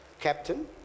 Captain